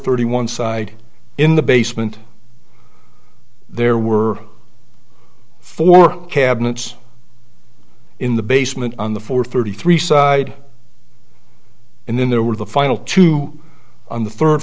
irty one side in the basement there were four cabinets in the basement on the fourth thirty three side and then there were the final two on the third